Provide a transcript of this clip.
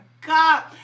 God